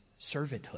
servanthood